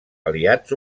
aliats